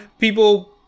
people